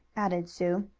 added sue.